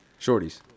Shorties